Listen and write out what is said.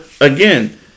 again